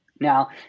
Now